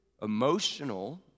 emotional